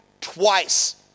twice